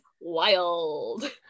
wild